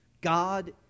God